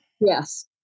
Yes